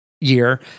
year